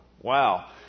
Wow